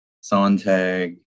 Sontag